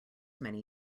many